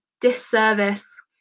disservice